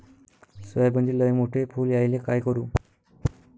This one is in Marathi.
सोयाबीनले लयमोठे फुल यायले काय करू?